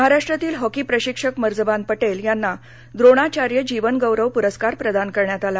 महाराष्ट्रातील हॉकी प्रशिक्षक मर्जबान पटेल यांना द्रोणाचार्य जीवनगौरव प्रस्कार प्रदान करण्यात आला